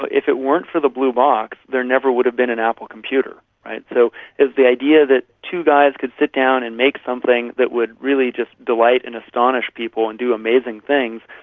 ah if it weren't for the blue box, there never would have been an apple computer. so it's the idea that two guys could sit down and make something that would really just delight and astonish people and do amazing things,